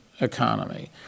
economy